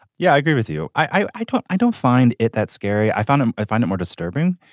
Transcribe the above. yeah i agree with you. i i don't i don't find it that scary. i found him. i find it more disturbing.